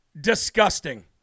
disgusting